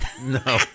No